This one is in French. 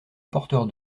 porteur